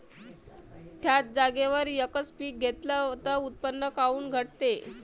थ्याच जागेवर यकच पीक घेतलं त उत्पन्न काऊन घटते?